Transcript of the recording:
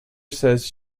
says